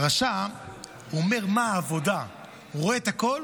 הרשע אומר "מה העבודה" הוא רואה את הכול,